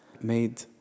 made